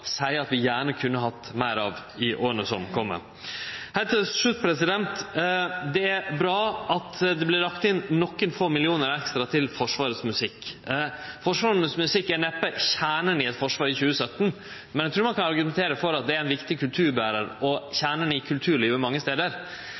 seier at vi gjerne kunna hatt meir av i åra som kjem. Heilt til slutt: Det er bra at det vart lagt inn nokre få millionar ekstra til Forsvarets musikk. Forsvarets musikk er neppe kjernen i eit forsvar i 2017, men eg trur ein kan argumentere for at det er ein viktig kulturberar og